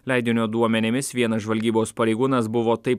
leidinio duomenimis vienas žvalgybos pareigūnas buvo taip